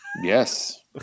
Yes